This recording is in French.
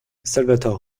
salvatore